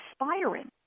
inspiring